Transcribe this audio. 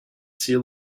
sea